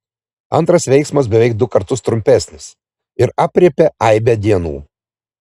antras veiksmas beveik du kartus trumpesnis ir aprėpia aibę dienų